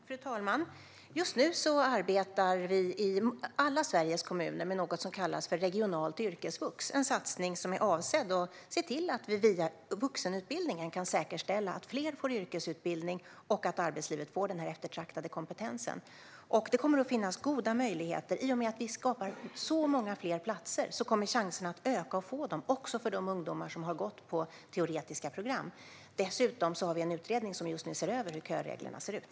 Fru talman! Just nu arbetar alla Sveriges kommuner med något som kallas för regionalt yrkesvux, en satsning som är avsedd att se till att vi via vuxenutbildningen kan säkerställa att fler får yrkesutbildning och att arbetslivet får denna eftertraktade kompetens. Det kommer att finnas goda möjligheter. I och med att vi skapar så många fler platser kommer chanserna att öka att få dem också för de ungdomar som har gått på teoretiska program. Dessutom har vi en utredning som just nu ser över hur köreglerna ser ut.